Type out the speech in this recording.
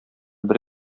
бер